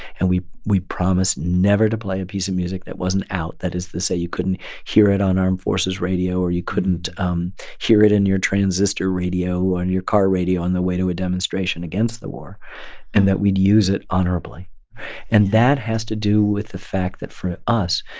and we we promised never to play a piece of music that wasn't out that is to say you couldn't hear it on armed forces radio or you couldn't um hear it in your transistor radio or on and your car radio on the way to a demonstration against the war and that we'd use it honorably and that has to do with the fact that, for us,